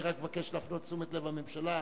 אני רק מבקש להפנות את תשומת לב הממשלה,